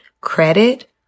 credit